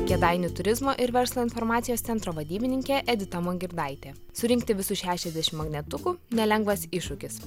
kėdainių turizmo ir verslo informacijos centro vadybininkė edita mongirdaitė surinkti visus šešiasdešim magnetukų nelengvas iššūkis